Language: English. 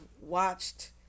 watched